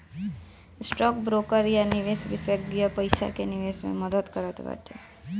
stock broker या निवेश विषेशज्ञ पईसा के निवेश मे मदद करत बाटे